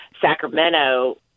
Sacramento